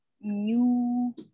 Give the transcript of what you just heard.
new